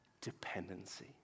Dependency